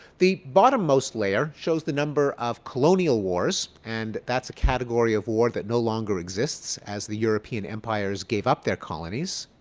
the bottom most layer shows the number of colonial wars and that's a category of war that no longer exists as the european empires gave up their colonies.